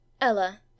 Ella